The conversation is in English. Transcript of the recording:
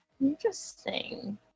Interesting